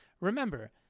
Remember